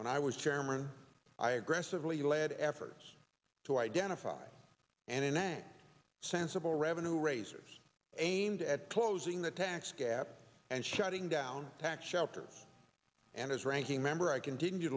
when i was chairman i a grass of really led efforts to identify and in a sensible revenue raisers aimed at closing the tax gap and shutting down tax shelters and as ranking member i continue